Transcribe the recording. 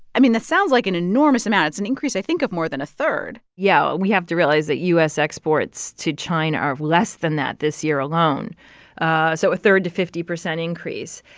i mean, that sounds like an enormous amount. it's an increase, i think, of more than a third yeah. we have to realize that u s. exports to china are less than that this year alone ah so a third to fifty percent increase.